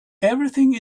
everything